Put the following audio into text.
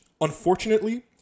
unfortunately